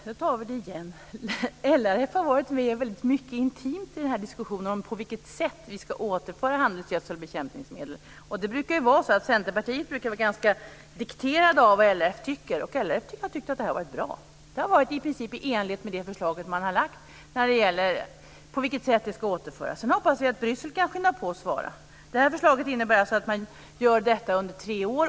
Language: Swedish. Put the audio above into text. Herr talman! Nu tar vi det igen. LRF har varit med intimt i diskussionen om på vilket sätt vi ska återföra skatteintäkterna på handelsgödsel och bekämningsmedel. Centerpartiet brukar vara ganska styrt av vad LRF tycker, och LRF har tyckt att det här har varit bra. Det har varit i princip i enlighet med det förslag som man har lagt om hur det ska återföras. Sedan hoppas vi att Bryssel kan skynda på med att svara. Förslaget innebär att man gör detta under tre år.